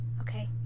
Okay